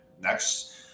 next